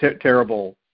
terrible